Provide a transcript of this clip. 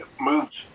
moved